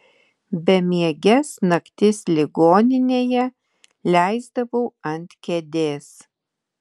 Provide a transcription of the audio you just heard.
bemieges naktis ligoninėje leisdavau ant kėdės